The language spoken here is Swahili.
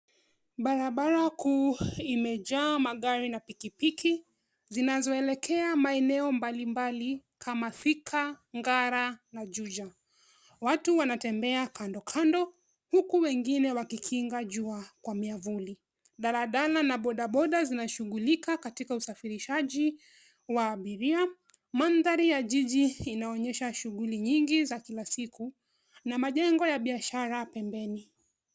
Barabara kuu imejaa magari na pikipiki zinazoelekea maeneo mbalimbali kama Thika, Ngara na Juja. Watu wanatembea kando kando huku wengine wakikinga jua kwa miavuli. Daladala na bodaboda zinashughulika katika usafirishaji wa abiria. Mandhari ya jiji inaonyesha shughuli nyingi za kila siku na majengo ya biashara pembeni.